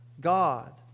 God